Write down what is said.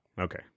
Okay